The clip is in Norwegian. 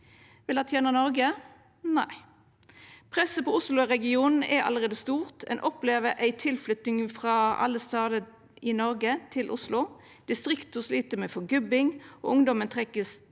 Vil det tena Noreg? Nei. Presset på Oslo-region en er allereie stort. Ein opplever ei tilflytting frå alle stader i Noreg til Oslo. Distrikta slit med forgubbing, og ungdomen vert trekt